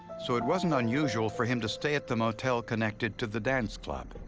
so it wasn't unusual for him to stay at the motel connected to the dance club.